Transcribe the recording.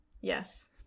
Yes